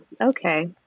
Okay